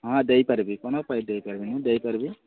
ହଁ ଦେଇପାରିବି କନ ପାଇଁ ଦେଇ ପାରିବିନି ଦେଇପାରିବି